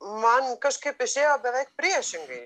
man kažkaip išėjo beveik priešingai